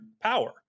power